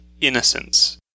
Innocence